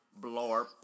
Blorp